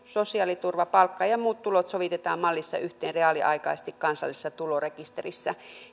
sosiaaliturva palkka ja ja muut tulot sovitetaan mallissa yhteen reaaliaikaisesti kansallisessa tulorekisterissä